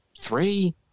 three